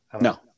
No